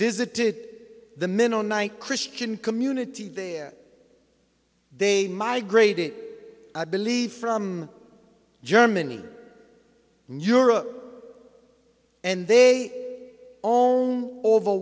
visited the men on one christian community there they migrated i believe from germany europe and they all over